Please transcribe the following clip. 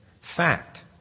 Fact